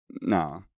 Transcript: Nah